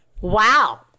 Wow